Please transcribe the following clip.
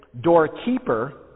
doorkeeper